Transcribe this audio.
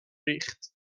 ریخت